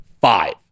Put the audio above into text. five